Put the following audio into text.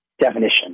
definition